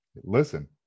Listen